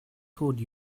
told